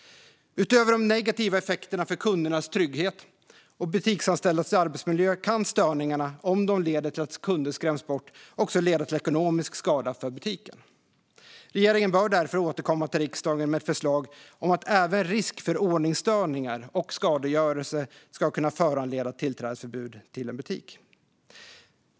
Utöver de negativa effekterna för kundernas trygghet och butiksanställdas arbetsmiljö kan störningarna, om de leder till att kunder skräms bort, också leda till ekonomisk skada för butiken. Regeringen bör därför återkomma till riksdagen med ett förslag om att även risk för ordningsstörningar och skadegörelse ska kunna föranleda tillträdesförbud till en butik.